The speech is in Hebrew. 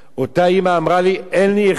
אותה אמא אמרה לי, אין לי יכולת,